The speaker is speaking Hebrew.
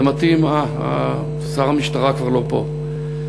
זה מתאים, שר המשטרה כבר לא פה.